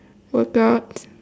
workout